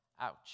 ouch